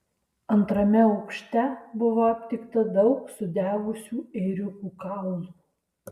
antrame aukšte buvo aptikta daug sudegusių ėriukų kaulų